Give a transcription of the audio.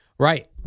Right